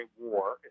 War